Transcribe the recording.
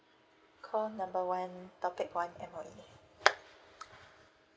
call number one topic one M_O_E